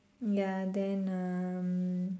ya then um